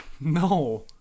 No